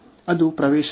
ಅದು ಪ್ರವೇಶ ಬಿಂದು